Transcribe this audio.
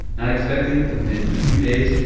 not expecting that within a few days,